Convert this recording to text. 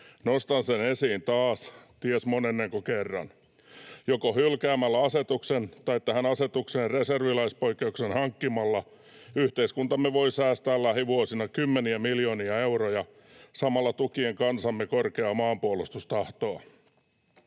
Nostan sen esiin taas, ties monennenko kerran. Joko hylkäämällä asetuksen tai tähän asetukseen reserviläispoikkeuksen hankkimalla yhteiskuntamme voi säästää lähivuosina kymmeniä miljoonia euroja samalla tukien kansamme korkeaa maanpuolustustahtoa.